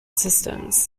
systems